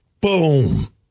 Boom